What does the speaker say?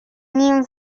ним